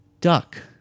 duck